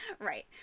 Right